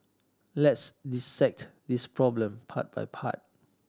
let's dissect this problem part by part